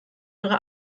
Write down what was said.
ihre